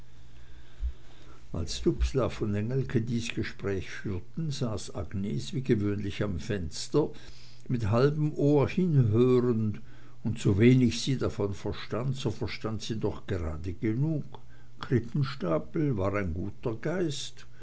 als dubslav und engelke dies gespräch führten saß agnes wie gewöhnlich am fenster mit halbem ohre hinhörend und sowenig sie davon verstand so verstand sie doch gerade genug krippenstapel war ein guter geist